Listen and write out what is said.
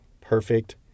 perfect